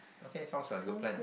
okay sounds like good plan